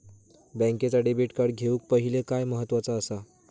बँकेचा debit card घेउक पाहिले काय महत्वाचा असा?